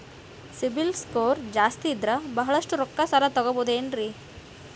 CIBIL score ಜಾಸ್ತಿ ಇದ್ರ ಬಹಳಷ್ಟು ರೊಕ್ಕ ಸಾಲ ತಗೋಬಹುದು ಏನ್ರಿ?